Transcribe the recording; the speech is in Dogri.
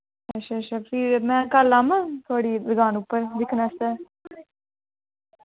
अच्छा अच्छा फिर में कल्ल आवां थुआढ़ी दुकान उप्पर दिक्खने आस्तै